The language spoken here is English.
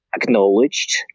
acknowledged